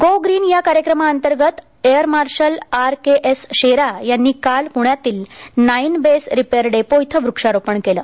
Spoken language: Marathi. गो ग्रीन या कार्यक्रमाअंतर्गत air marshal R K S Shera यांनी काल पुण्यातील नाईन बेस रिपेअर डेपो इथं वृक्षारोपण केलं